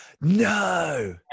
No